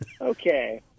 Okay